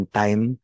time